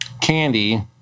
Candy